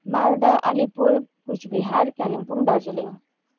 Malda Alipur Cooch Behar Kalimpong Darjeeling